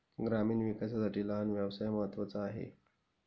ग्रामीण विकासासाठी लहान व्यवसाय महत्त्वाचा आहे